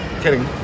kidding